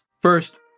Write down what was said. First